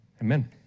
amen